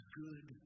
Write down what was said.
good